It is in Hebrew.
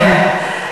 זה לא אני.